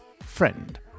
friend